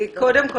קודם כל,